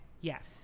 yes